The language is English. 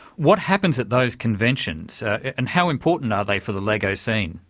what happens at those conventions and how important are they for the lego scene?